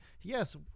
yes